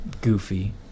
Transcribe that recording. Goofy